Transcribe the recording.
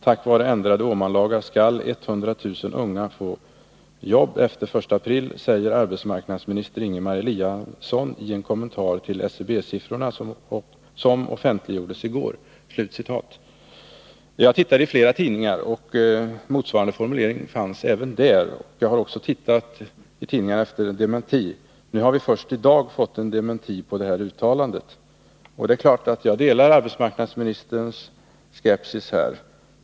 Tack vare ändrade Åman-lagar skall 100 000 unga få jobb efter 1 april, säger arbetsmarknadsminister Ingemar Eliasson i en kommentar till SCB-siffrorna som offentliggjordes igår.” Jag letade i flera andra tidningar, och motsvarande formuleringar fanns även där. Jag har också försökt finna en dementi i tidningarna. Först i dag har vi fått en dementi på det här uttalandet. I det sammanhanget vill jag säga att jag naturligtvis delar arbetsmarknadsministerns skepsis.